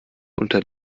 unter